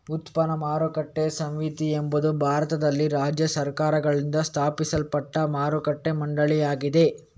ಉತ್ಪನ್ನ ಮಾರುಕಟ್ಟೆ ಸಮಿತಿ ಎಂಬುದು ಭಾರತದಲ್ಲಿ ರಾಜ್ಯ ಸರ್ಕಾರಗಳಿಂದ ಸ್ಥಾಪಿಸಲ್ಪಟ್ಟ ಮಾರುಕಟ್ಟೆ ಮಂಡಳಿಯಾಗಿದೆ